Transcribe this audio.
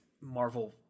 Marvel